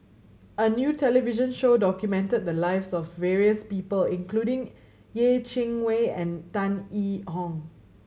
a new television show documented the lives of various people including Yeh Chi Wei and Tan Yee Hong